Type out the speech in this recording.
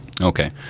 okay